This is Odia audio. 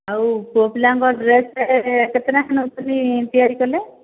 ଆଉ ପୁଅ ପିଲାଙ୍କ ଡ୍ରେସ୍ କେତେ ଲେଖାଏଁ ନେଉଛନ୍ତି ତିଆରି କଲେ